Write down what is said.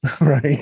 right